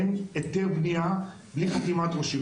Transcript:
אין היתר בניה בלי חתימת ראש עיר,